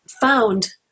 found